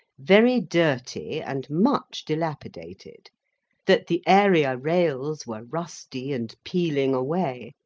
very dirty, and much dilapidated that the area-rails were rusty and peeling away,